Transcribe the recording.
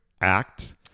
act